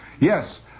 yes